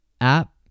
app